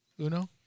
Uno